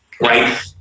right